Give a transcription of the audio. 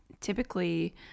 typically